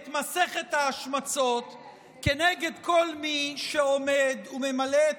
את מסכת ההשמצות כנגד כל מי שעומד וממלא את